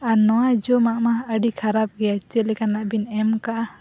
ᱟᱨ ᱱᱚᱣᱟ ᱡᱚᱢᱟᱜ ᱢᱟ ᱟᱹᱰᱤ ᱠᱷᱟᱨᱟᱯ ᱜᱮᱭᱟ ᱪᱮᱫ ᱞᱮᱠᱟᱱᱟᱜ ᱵᱤᱱ ᱮᱢ ᱟᱠᱟᱫᱼᱟ